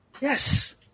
Yes